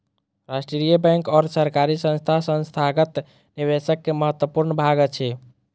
राष्ट्रीय बैंक और सरकारी संस्थान संस्थागत निवेशक के महत्वपूर्ण भाग अछि